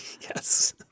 Yes